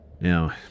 Now